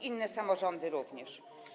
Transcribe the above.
Inne samorządy również.